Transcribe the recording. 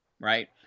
right